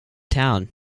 town